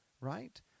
right